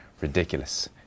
ridiculous